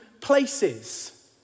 places